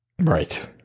Right